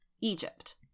Egypt